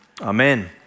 amen